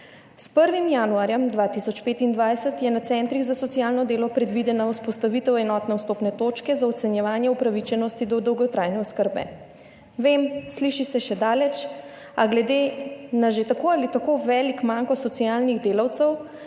S 1. januarjem 2025 je na centrih za socialno delo predvidena vzpostavitev enotne vstopne točke za ocenjevanje upravičenosti do dolgotrajne oskrbe. Vem, sliši se še daleč, a glede na že tako ali tako velik manko socialnih delavcev,